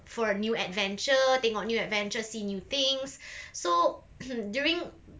for new adventure tengok new adventure see new things so during